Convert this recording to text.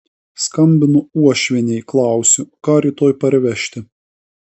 skambinu uošvienei klausiu ką rytoj parvežti